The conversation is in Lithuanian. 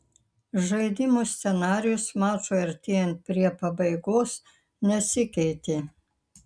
žaidimo scenarijus mačui artėjant prie pabaigos nesikeitė